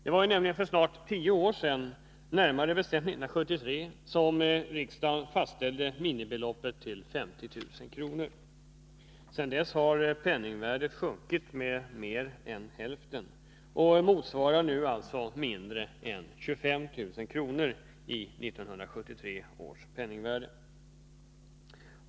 Det var ju för snart tio år sedan — närmare bestämt 1973 — som riksdagen fastställde minimibeloppet till 50 000 kr. Sedan dess har penningvärdet sjunkit med mer än 50 96, och dessa 50 000 kr. i 1973 års penningvärde motsvarar alltså nu mindre än 25 000 kr.